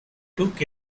took